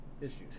issues